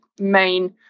main